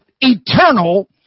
eternal